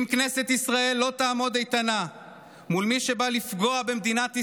אם כנסת ישראל לא תעמוד איתנה מול מי שבא לפגוע במדינת ישראל,